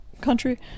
country